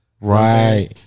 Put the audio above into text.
Right